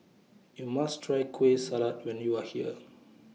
YOU must Try Kueh Salat when YOU Are here